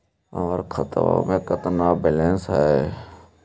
हमर खतबा में केतना बैलेंस हई?